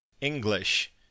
English